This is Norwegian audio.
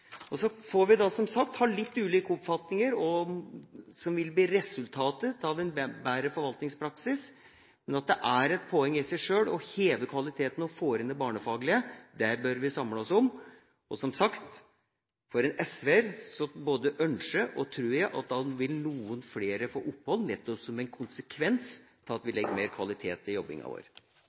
sine. Så får vi, som sagt, ha litt ulike oppfatninger om hva som vil bli resultatet av en bedre forvaltningspraksis, men det er et poeng i seg sjøl å heve kvaliteten og få inn det barnefaglige, og det bør vi samle oss om. Og som sagt: Som SV-er både ønsker og tror jeg at da vil noen flere få opphold, nettopp som en konsekvens av at vi legger ned kvalitet i jobbinga vår.